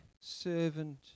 servant